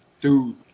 dude